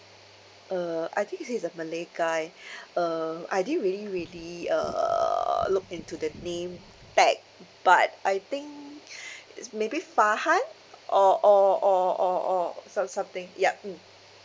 uh I think he is a malay guy uh I didn't really really uh looked into the name tag but I think it's maybe farhan or or or or or some~ something ya mm